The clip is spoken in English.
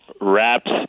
Wraps